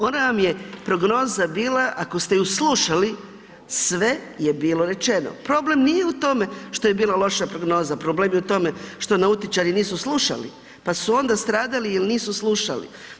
Ona vam je prognozna bila ako ste je slušali sve je bilo rečeno, problem nije u tome što je bila loša prognoza, problem je u tome što nautičari nisu slušali, pa su onda stradali jer nisu slušali.